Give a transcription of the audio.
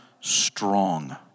strong